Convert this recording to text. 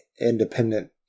independent